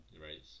right